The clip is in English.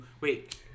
wait